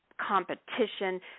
competition